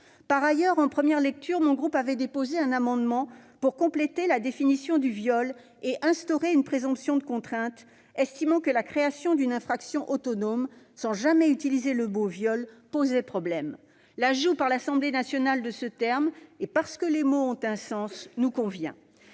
Par ailleurs, en première lecture, mon groupe avait déposé un amendement pour compléter la définition du viol et instaurer une présomption de contrainte, estimant que la création d'une infraction autonome sans jamais utiliser le mot « viol » posait problème. L'ajout par l'Assemblée nationale de ce terme, et parce que les mots ont un sens, nous convient.